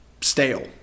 stale